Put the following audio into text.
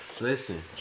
Listen